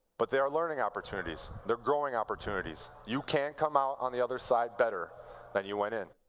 but they are learning opportunities, they're growing opportunities, you can come out on the other side better than you went in.